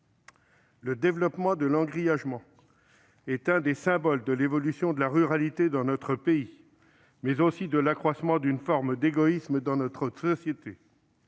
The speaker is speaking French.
Le développement de l'engrillagement est l'un des symboles de l'évolution de la ruralité dans notre pays, mais aussi de l'accroissement d'une forme d'égoïsme dans notre société.